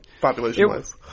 population-wise